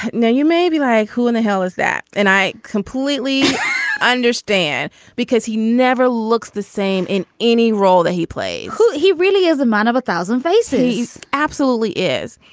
now you may be like who in the hell is that. and i completely understand because he never looks the same in any role that he played who he really is a man of a thousand faces. absolutely is.